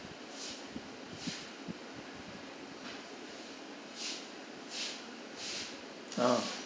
ah